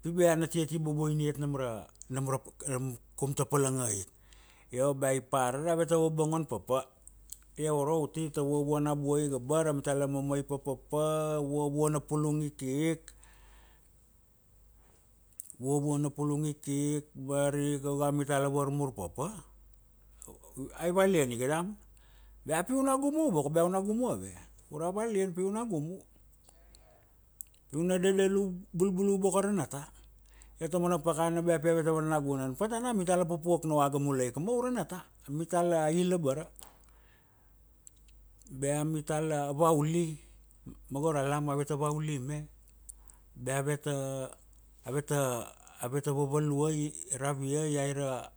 Pi ba na tia ti boboina iat nam ra, nam ra kaum ta palanga ik. Io ba ipar ave ta vabongon papa, iauro uti ta vuavuana buai iga abara, a mita la mamai papapa, vuavuana pulung ikik, vuavuana pulung ikik ba ari ika a mita la varmur papa ai valian iga damana, bea pi u na gumu boko, bea u na gumu ave, ura valian pi u na gumu, pi u na dadalu bulbulu boko ara nata. Io ta mana pakana bea pi ave ta vana nagunan patana, mita la pupuak na oaga mulai ika ma ura nata, a mita la il abara, bea a mita la vauli ma go ra lam ave ta vauli me, bea ave ta, ave ta, ave ta vavaluai raviai ai ra